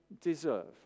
deserve